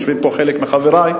יושבים פה חלק מחברי,